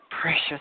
Precious